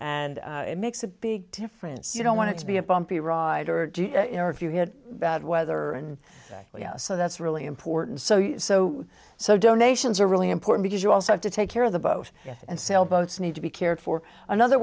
and it makes a big difference you don't want to be a bumpy ride or you know if you had bad weather and so that's really important so yeah so so donations are really important because you also have to take care of the boat and sail boats need to be cared for another